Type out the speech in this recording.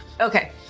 Okay